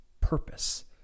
purpose